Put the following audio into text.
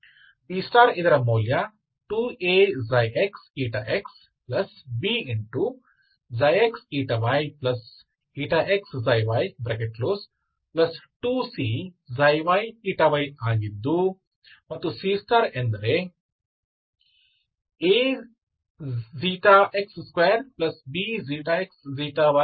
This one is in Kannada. B ಇದರ ಮೌಲ್ಯ 2A ξxxB ξxyx ξy 2C ξyy ವಾಗಿದ್ದು ಮತ್ತು C ಎಂದರೆ Ax2BxyCy2 ಆಗಿದೆ